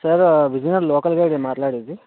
sir Vizianagaram local గైడా మాట్లాడేది